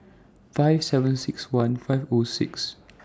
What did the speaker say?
five seven six one five O six